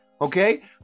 Okay